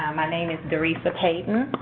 um my name is doresa payton.